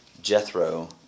Jethro